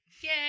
yay